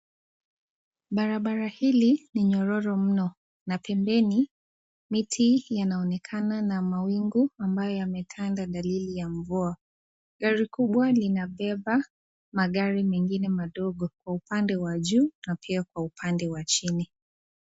Barabara hili ni nyororo mno na pembeni miti yanaonekana na mawingu ambayo yametanda dalili ya mvua. Gari kubwa linabeba magari mengine madogo kwa upande wa juu na pia kwa upande wa chini.